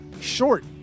short